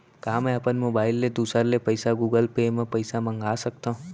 का मैं अपन मोबाइल ले दूसर ले पइसा गूगल पे म पइसा मंगा सकथव?